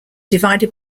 divided